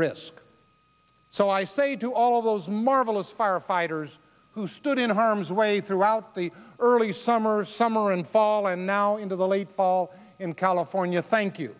risk so i say to all of those marvelous firefighters who stood in harm's way throughout the early summer summer and fall and now into the late fall in california thank you